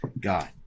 God